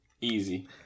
Easy